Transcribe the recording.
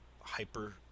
hyper